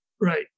Right